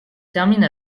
termine